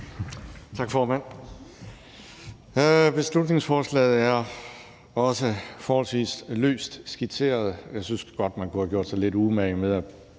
Tak, formand. Beslutningsforslaget er forholdsvis løst skitseret. Jeg synes godt, man kunne have gjort sig lidt umage med at